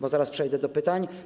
Bo zaraz przejdę do pytań.